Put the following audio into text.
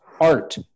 art